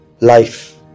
life